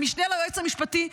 המשנה ליועץ המשפטי,